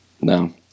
No